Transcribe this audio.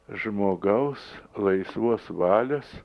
žmogaus laisvos valios